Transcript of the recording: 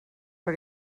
per